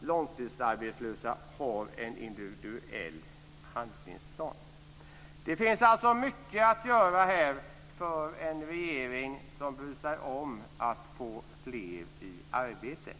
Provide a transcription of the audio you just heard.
långtidsarbetslösa har en individuell handlingsplan. Det finns alltså mycket att göra här för en regering som bryr sig om att få fler i arbete.